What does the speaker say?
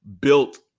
built